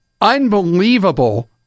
unbelievable